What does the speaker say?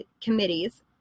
committees